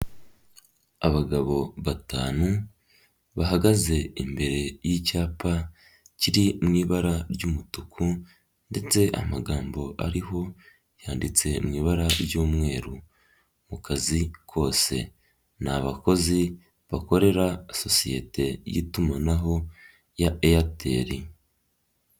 Abagabo batanu bahagaze imbere y'icyapa kiri mu ibara ry'umutuku ndetse amagambo ariho yanditse mu ibara ry'umweru, mu kazi kose, nabakozi bakorera sosiyete y'itumanaho ya Eyateri.